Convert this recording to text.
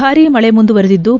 ಭಾರೀ ಮಳಿ ಮುಂದುವರೆದಿದ್ದು